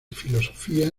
filosofía